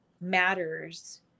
matters